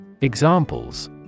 Examples